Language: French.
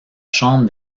chambre